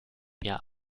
mir